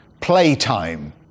playtime